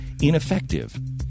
ineffective